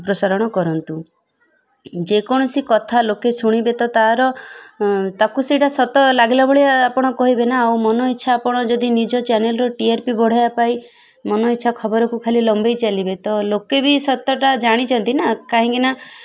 ପ୍ରସାରଣ କରନ୍ତୁ ଯେକୌଣସି କଥା ଲୋକେ ଶୁଣିବେ ତ ତାର ତାକୁ ସେଇଟା ସତ ଲାଗିଲା ଭଳିଆ ଆପଣ କହିବେ ନା ଆଉ ମନ ଇଚ୍ଛା ଆପଣ ଯଦି ନିଜ ଚ୍ୟାନେଲ୍ର ଟି ଆର୍ ପି ବଢ଼େଇବା ପାଇଁ ମନ ଇଚ୍ଛା ଖବରକୁ ଖାଲି ଲମ୍ବେଇ ଚାଲିବେ ତ ଲୋକେ ବି ସତଟା ଜାଣିଛନ୍ତି ନା କାହିଁକିନା